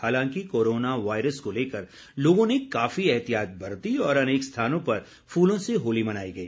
हालांकि corona virus को लेकर लोगों ने काफी एहतियात बरती और अनेक स्थानों पर फूलों से होली मनाई गई